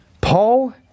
Paul